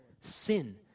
sin